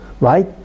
right